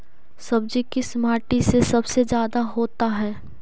सब्जी किस माटी में सबसे ज्यादा होता है?